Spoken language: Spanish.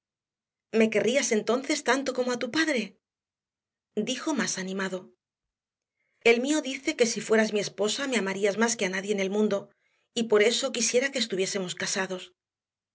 me querrías entonces tanto como a tu padre dijo más animado el mío dice que si fueras mi esposa me amarías más que a nadie en el mundo y por eso quisiera que estuviésemos casados